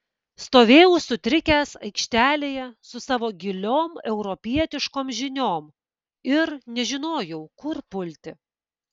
stovėjau sutrikęs aikštelėje su savo giliom europietiškom žiniom ir nežinojau kur pulti